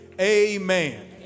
Amen